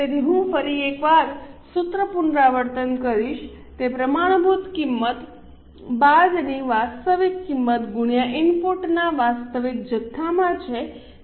તેથી હું ફરી એક વાર સૂત્ર પુનરાવર્તન કરીશ તે પ્રમાણભૂત કિંમત બાદની વાસ્તવિક કિંમત ગુણ્યા ઇનપુટના વાસ્તવિક જથ્થામાં છે